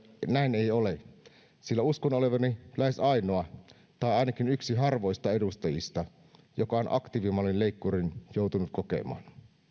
näin ei ole sillä uskon olevani lähes ainoa tai ainakin yksi harvoista edustajista joka on aktiivimallin leikkurin joutunut kokemaan